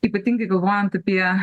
ypatingai galvojant apie